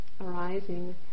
arising